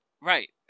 Right